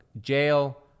jail